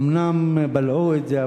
אומנם בלעו את זה,